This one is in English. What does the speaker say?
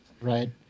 Right